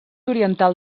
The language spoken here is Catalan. oriental